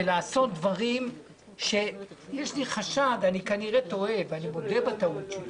זה לעשות דברים שיש לי חשד אני כנראה טועה ואני מודה בטעות שלי